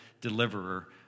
deliverer